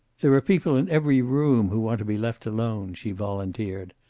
there are people in every room who want to be left alone, she volunteered.